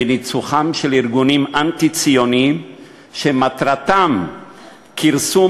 בניצוחם של ארגונים אנטי-ציוניים שמטרתם כרסום